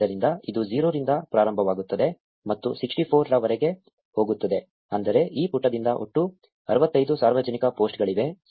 ಆದ್ದರಿಂದ ಇದು 0 ರಿಂದ ಪ್ರಾರಂಭವಾಗುತ್ತದೆ ಮತ್ತು 64 ರವರೆಗೆ ಹೋಗುತ್ತದೆ ಅಂದರೆ ಈ ಪುಟದಿಂದ ಒಟ್ಟು 65 ಸಾರ್ವಜನಿಕ ಪೋಸ್ಟ್ಗಳಿವೆ